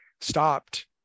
stopped